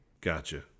Gotcha